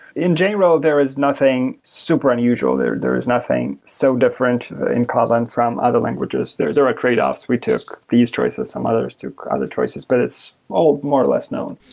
in general, there is nothing super unusual. there there is nothing so different in kotlin from other languages. there are ah tradeoffs. we took these choices. some others took other choices, but it's all more or less known.